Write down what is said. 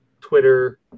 Twitter